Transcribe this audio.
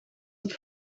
het